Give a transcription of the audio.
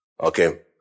Okay